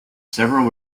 several